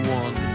one